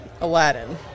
Aladdin